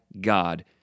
God